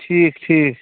ٹھیٖک ٹھیٖک